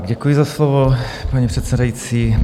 Děkuji za slovo, paní předsedající.